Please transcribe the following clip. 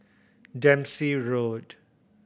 Dempsey Road